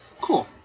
Cool